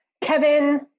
Kevin